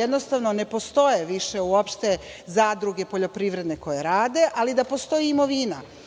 Jednostavno ne postoje više uopšte poljoprivredne zadruge koje rade, ali postoji imovina